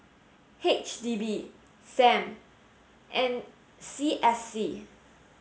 H D B Sam and C S C